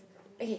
okay